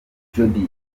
jody